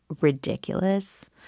ridiculous